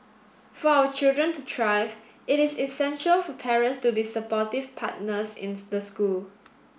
for our children to thrive it is essential for parents to be supportive partners in the school